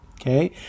Okay